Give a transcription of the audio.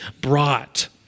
brought